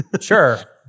Sure